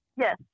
Yes